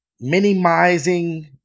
minimizing